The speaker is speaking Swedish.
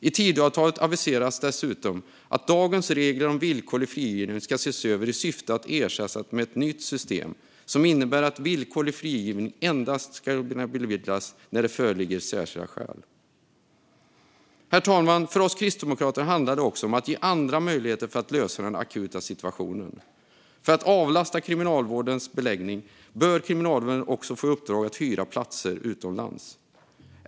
I Tidöavtalet aviseras dessutom att dagens regler om villkorlig frigivning ska ses över i syfte att ersätta dem med ett nytt system som innebär att villkorlig frigivning ska kunna beviljas endast när det föreligger särskilda skäl. Herr talman! För oss kristdemokrater handlar det också om att se andra möjligheter för att lösa den akuta situationen. För att avlasta Kriminalvårdens beläggning bör Kriminalvården också få i uppdrag att hyra platser utomlands.